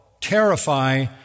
terrify